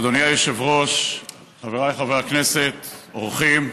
אדוני היושב-ראש, חבריי חברי הכנסת, אורחים,